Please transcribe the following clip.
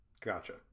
Gotcha